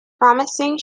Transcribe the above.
promising